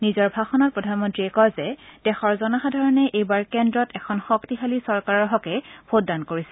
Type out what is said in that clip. নিজৰ ভাষণত প্ৰধানমন্ত্ৰীয়ে কয় যে দেশৰ জনসাধাৰণে এইবাৰ কেন্দ্ৰত এখন শক্তিশালী চৰকাৰৰ হকে ভোটদান কৰিছে